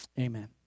Amen